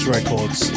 Records